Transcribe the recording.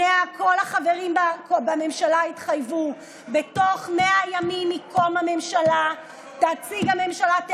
כל החברים בממשלה התחייבו שבתוך 100 ימים מקום הממשלה תציג הממשלה,